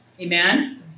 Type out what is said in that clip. Amen